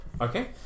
Okay